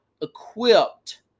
equipped